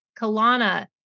Kalana